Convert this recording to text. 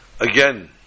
again